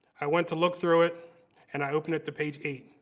i went to look through it and i opened it to page eight.